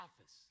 office